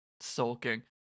sulking